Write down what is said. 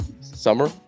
summer